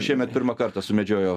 šiemet pirmą kartą sumedžiojau